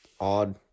odd